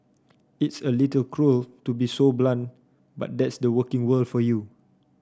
it's a little cruel to be so blunt but that's the working world for you